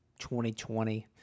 2020